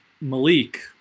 Malik